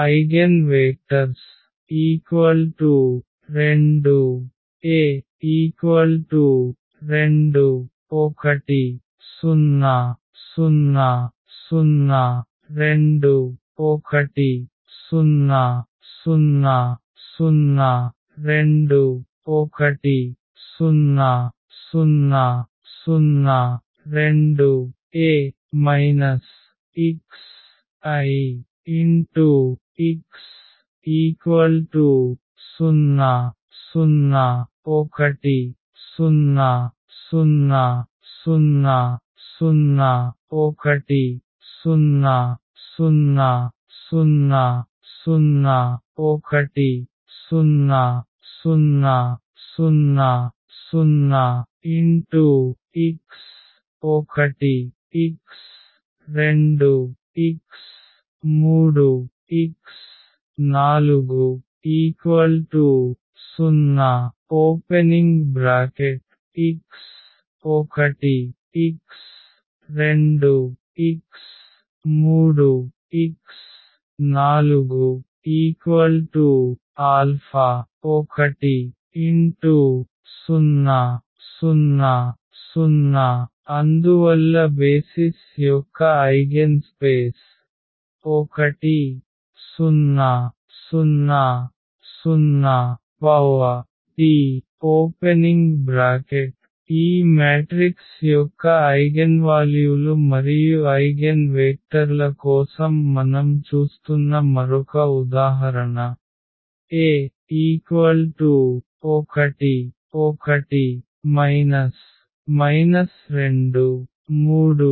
eigenvectors λ2 A 2 1 0 0 0 2 1 0 0 0 2 1 0 0 0 2 A xIx 0 0 1 0 0 0 0 1 0 0 0 0 1 0 0 0 0 x1 x2 x3 x4 0 x1 x2 x3 x4 α1 0 0 0 అందువల్ల basis యొక్క eigen space 1000T ఈ matrix యొక్క ఐగెన్వాల్యూలు మరియు ఐగెన్వేక్టర్ల కోసం మనం చూస్తున్న మరొక ఉదాహరణ A 1 1 2 3